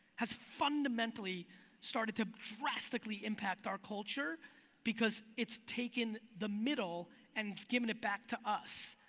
has fundamentally started to drastically impact our culture because it's taken the middle and it's giving it back to us.